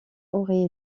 aurait